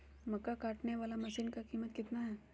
मक्का कटने बाला मसीन का कीमत कितना है?